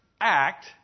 act